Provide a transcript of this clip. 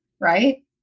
Right